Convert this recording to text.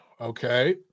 Okay